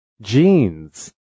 Jeans